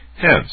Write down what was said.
Hence